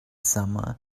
summer